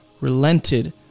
relented